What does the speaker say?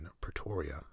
Pretoria